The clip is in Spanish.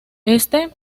este